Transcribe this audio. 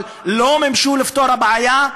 אבל לא מימשו כדי לפתור הבעיה.